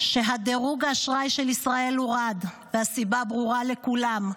שדירוג האשראי של ישראל הורד והסיבה ברורה לכולם: